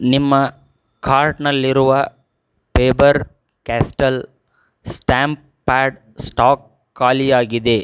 ನಿಮ್ಮ ಖಾರ್ಟ್ನಲ್ಲಿರುವ Faber Castell stamp pad stock ಖಾಲಿಯಾಗಿದೆ